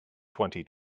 twenty